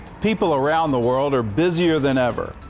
people around the world are busier than ever,